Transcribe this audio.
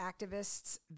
activists